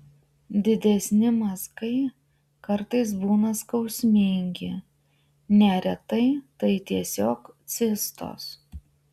didesni mazgai kartais būna skausmingi neretai tai tiesiog cistos